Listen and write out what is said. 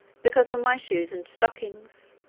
because of my shoes and stockings